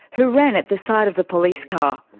who ran at the sight of the police car.